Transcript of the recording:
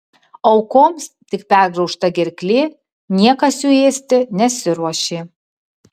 aukoms tik pergraužta gerklė niekas jų ėsti nesiruošė